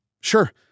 Sure